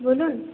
বলুন